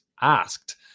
asked